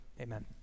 amen